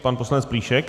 Pan poslanec Plíšek.